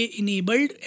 enabled